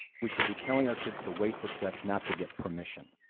we should be telling our kids to wait for sex, not to get permission.